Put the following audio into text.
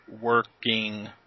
working